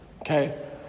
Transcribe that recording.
Okay